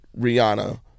Rihanna